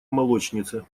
молочнице